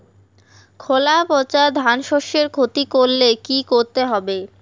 খোলা পচা ধানশস্যের ক্ষতি করলে কি করতে হবে?